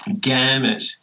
gamut